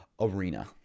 arena